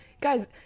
guys